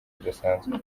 zidasanzwe